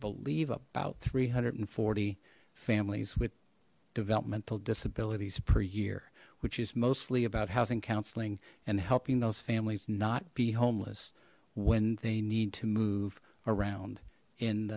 believe about three hundred and forty families with developmental disabilities per year which is mostly about housing counseling and helping those families not be homeless when they need to move around